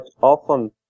often